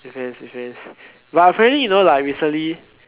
depends depends but apparently you know like recently